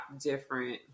different